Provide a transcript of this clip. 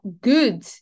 good